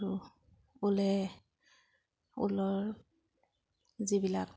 আৰু ঊলে ঊলৰ যিবিলাক